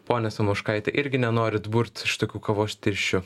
ponia samoškaite irgi nenorit burt iš tokių kavos tirščių